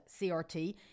CRT